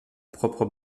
propre